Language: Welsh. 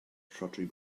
rhodri